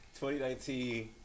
2019